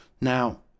Now